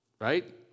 Right